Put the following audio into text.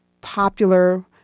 popular